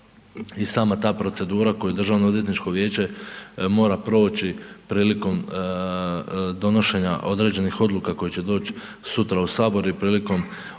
i sama ta procedura koju državno odvjetničko vijeće mora proći prilikom donošenja određenih odluka koje će doć sutra u HS i prilikom odabira